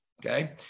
Okay